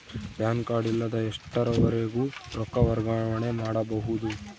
PAN card ಇಲ್ಲದ ಎಷ್ಟರವರೆಗೂ ರೊಕ್ಕ ವರ್ಗಾವಣೆ ಮಾಡಬಹುದು?